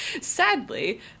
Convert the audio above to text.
Sadly